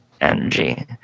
energy